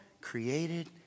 created